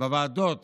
בוועדות